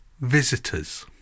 visitors